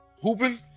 hooping